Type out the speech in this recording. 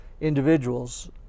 individuals